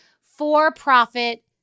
for-profit